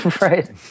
Right